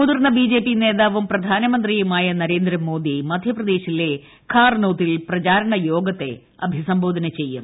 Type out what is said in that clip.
മുതിർന്നു B J P നേതാവും പ്രധാനമന്ത്രിയുമായ നരേന്ദ്രിമ്മോദി മധ്യപ്രദേശിലെ ഖാർനോത്തിൽ പ്രചാരണ യോഗത്തെ അഭിസംബോധന ചെയ്യും